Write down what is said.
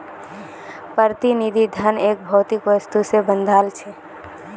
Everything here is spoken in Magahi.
प्रतिनिधि धन एक भौतिक वस्तु से बंधाल छे